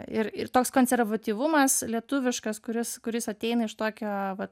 ir ir toks konservatyvumas lietuviškas kuris kuris ateina iš tokio vat